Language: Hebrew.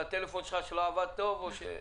לטלפון שלך שלא עבד טוב או ש...,